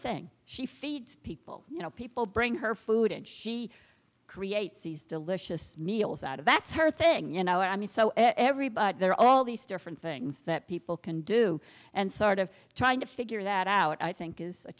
thing she feeds people you know people bring her food and she creates these delicious meals out of that's her thing you know i mean so every but there are all these different things that people can do and sort of trying to figure that out i think is a